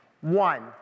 One